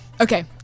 Okay